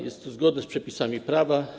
Jest zgodny z przepisami prawa.